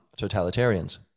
totalitarians